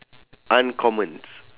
uncommon